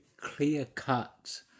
clear-cut